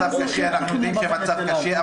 אנחנו יודעים שהמצב קשה,